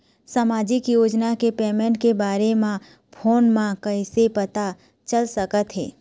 सामाजिक योजना के पेमेंट के बारे म फ़ोन म कइसे पता चल सकत हे?